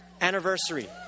anniversary